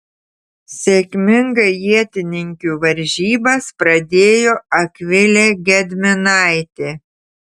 sėkmingai ietininkių varžybas pradėjo akvilė gedminaitė